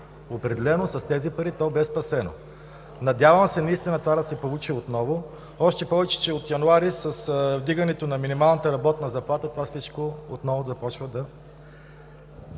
Определено с тези пари то бе спасено. Надявам се наистина това да се получи отново, още повече че от месец януари с вдигането на минималната работна заплата се поставя на